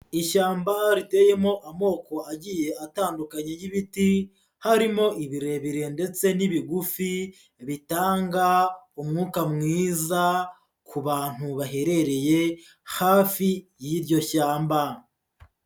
Ishyamba riteyemo amoko agiye atandukanye y'ibiti, harimo ibirebire ndetse n'ibigufi bitanga umwuka mwiza ku bantu baherereye hafi y'iryo shyamba.